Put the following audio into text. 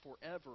forever